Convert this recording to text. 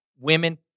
women